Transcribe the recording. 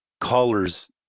callers